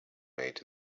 made